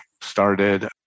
started